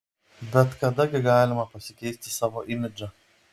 bet kada gi galima pasikeisti savo imidžą